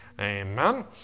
Amen